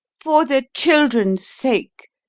for the children's sake,